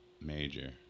Major